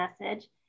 message